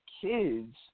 kids